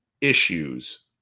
issues